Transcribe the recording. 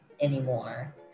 anymore